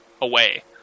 away